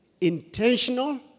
Intentional